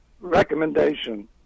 recommendation